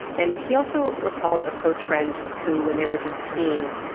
and he also recalled a close friend who, when they were just teens,